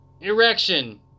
Erection